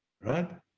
Right